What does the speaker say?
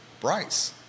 Bryce